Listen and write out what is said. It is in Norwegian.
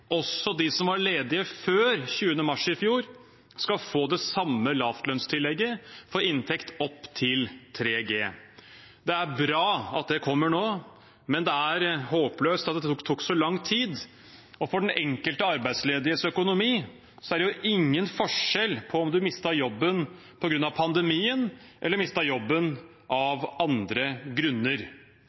også de som var ledige før 20. mars i fjor, skal få det samme lavlønnstillegget på inntekt opptil 3G. Det er bra at det kommer nå, men det er håpløst at det tok så lang tid. For den enkelte arbeidslediges økonomi er det jo ingen forskjell på om man mistet jobben på grunn av pandemien eller av andre grunner.